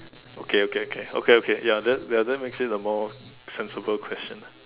okay okay okay okay okay ya that that makes it a more sensible question